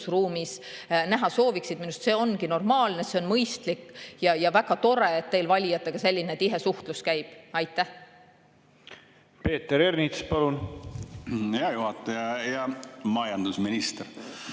õigusruumis näha sooviksid, ongi normaalne. See on mõistlik. Väga tore, et teil valijatega selline tihe suhtlus käib. Peeter Ernits, palun! Hea juhataja! Hea majandusminister!